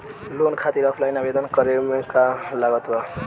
Loan खातिर offline आवेदन करे म का का लागत बा?